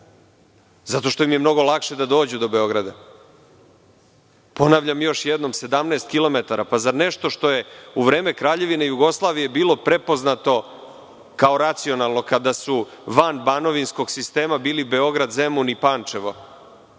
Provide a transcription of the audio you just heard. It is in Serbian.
Zato što im je mnogo lakše da dođu do Beograda. Ponavljam još jednom 17 kilometara. Zar nešto što je u vreme Kraljevine Jugoslavije bilo prepoznato kao racionalno kada su van banovinskog sistema bili Beograd, Zemun i Pančevo,